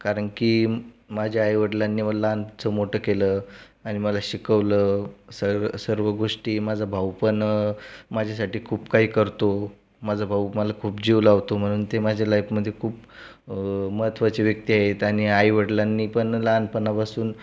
कारण की माझ्या आईवडिलांनी मला लहानाचं मोठं केलं आणि मला शिकवलं सर सर्व गोष्टी माझा भाऊ पण माझ्यासाठी खूप काही करतो माझा भाऊ मला खूप जीव लावतो म्हणून ते माझी लाईफमध्ये खूप महत्त्वाची व्यक्ती आहेत आणि आईवडिलांनी पण लहानपनापासून खूप